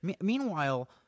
Meanwhile